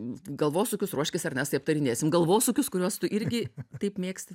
galvosūkius ruoškis ernestai aptarinėsim galvosūkius kuriuos tu irgi taip mėgsti